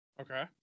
Okay